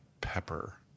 pepper